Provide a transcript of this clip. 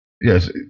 yes